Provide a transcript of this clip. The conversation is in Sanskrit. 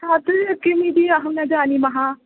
तत्र किमिति अहं न जानीमः